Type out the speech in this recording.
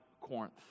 Corinth